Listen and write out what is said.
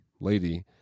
lady